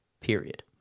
period